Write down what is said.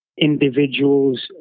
individuals